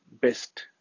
best